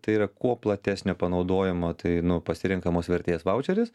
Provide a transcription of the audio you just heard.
tai yra kuo platesnio panaudojimo tai nu pasirenkamos vertės vaučeris